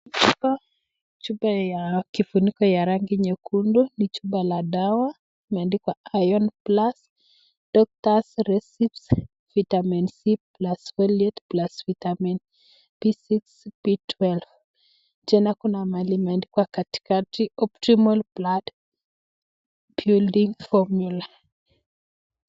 Chupa ya kifuniko ya rangi nyekundu ni chupa la dawa imeandikwa Iron plus doctors recipe, vitamin C + foliate +vitamin B6,B12 tena kuna mahali imeandikwa katikati optimal blood building formula .